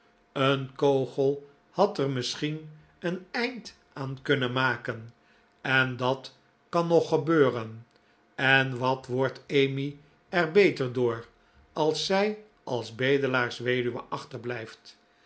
een kogel had er misschien een eind aan kunnen maken en dat kan nog gebeuren en wat wordt emmy er beter door als zij als bedelaarsweduwe